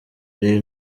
ari